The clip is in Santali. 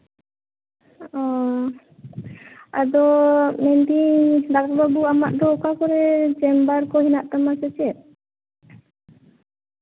ᱚ ᱟᱫᱚ ᱢᱮᱱᱫᱟᱹᱧ ᱰᱟᱠᱛᱟᱨ ᱵᱟᱹᱵᱩ ᱟᱢᱟᱜ ᱫᱚ ᱚᱠᱟ ᱠᱚᱨᱮ ᱪᱮᱢᱵᱟᱨ ᱠᱚ ᱢᱮᱱᱟᱜ ᱛᱟᱢᱟ ᱥᱮ ᱪᱮᱜ